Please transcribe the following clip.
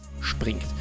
springt